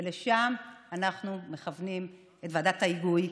ולשם אנחנו מכוונים את ועדת ההיגוי,